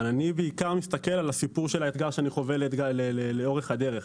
אבל אני בעיקר מסתכל על הסיפור של האתגר שאני חווה לאורך הדרך.